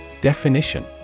Definition